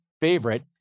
favorite